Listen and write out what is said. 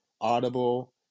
Audible